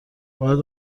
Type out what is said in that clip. باید